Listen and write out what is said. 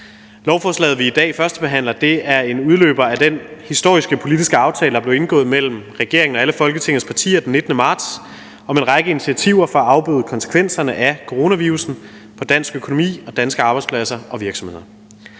Lovforslaget, vi i dag førstebehandler, er en udløber af den historiske politiske aftale, der blev indgået mellem regeringen og alle Folketingets partier den 19. marts, om en række initiativer for at afbøde konsekvenserne af coronavirussen for dansk økonomi og danske arbejdspladser og virksomheder.